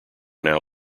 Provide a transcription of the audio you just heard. now